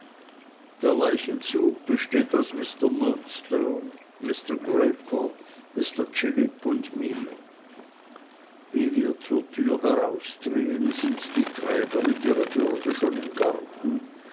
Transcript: der leichenzug besteht aus mr murdstone mr grayper mr chillip und mir wie wir zur türe heraustreten sind die träger mit ihrer bürde schon im garten